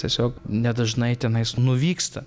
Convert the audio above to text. tiesiog nedažnai tenais nuvyksta